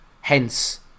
Hence